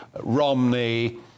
Romney